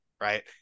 Right